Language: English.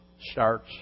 starts